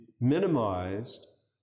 minimized